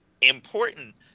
important